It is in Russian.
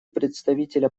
представителя